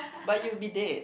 but you will be dead